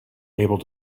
able